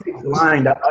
blind